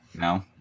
no